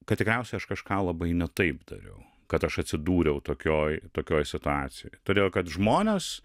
kad tikriausiai aš kažką labai ne taip dariau kad aš atsidūriau tokioj tokioj situacijoj todėl kad žmonės